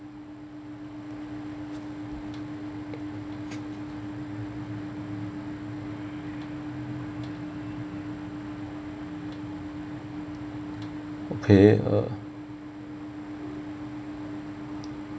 okay uh